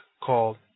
called